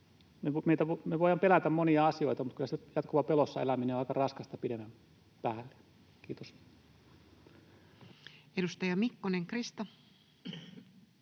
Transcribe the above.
me voidaan pelätä monia asioita, mutta kyllä jatkuva pelossa eläminen on aika raskasta pidemmän päälle. — Kiitos. Edustaja Mikkonen, Krista.